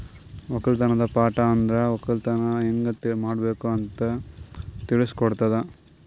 ಒಕ್ಕಲತನದ್ ಪಾಠ ಅಂದುರ್ ಒಕ್ಕಲತನ ಹ್ಯಂಗ್ ಮಾಡ್ಬೇಕ್ ಅಂತ್ ತಿಳುಸ್ ಕೊಡುತದ